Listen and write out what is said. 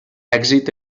èxit